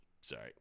Sorry